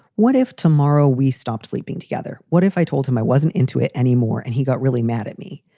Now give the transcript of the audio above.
what if tomorrow we stop sleeping together? what if i told him i wasn't into it anymore and he got really mad at me?